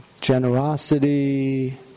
Generosity